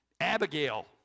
Abigail